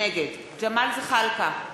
נגד ג'מאל זחאלקה,